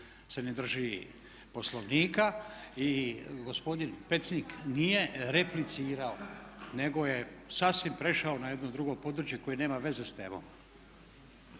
se ne drži Poslovnika. Gospodin Pecnik nije replicirao nego je sasvim prešao na jedno drugo područje koje nema veze s temom.